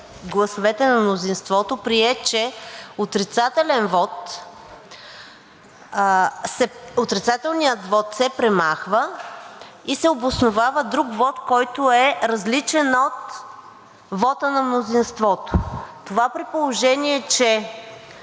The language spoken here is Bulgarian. гласовете на мнозинството прие, че отрицателният вот се премахва и се обосновава друг вот, който е различен от вота на мнозинството. Това, при положение че